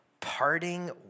parting